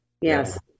Yes